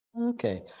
Okay